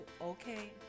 Okay